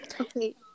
Okay